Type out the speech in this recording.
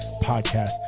podcast